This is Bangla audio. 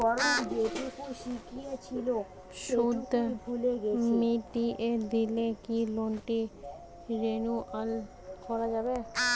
সুদ মিটিয়ে দিলে কি লোনটি রেনুয়াল করাযাবে?